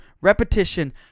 repetition